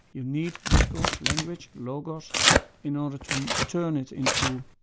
you need discourse, language, logos in order to turn it into